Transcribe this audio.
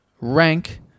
Rank